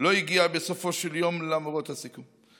לא הגיע בסופו של יום, למרות הסיכום.